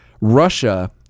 russia